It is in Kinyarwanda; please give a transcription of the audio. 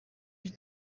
gihe